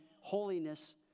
holiness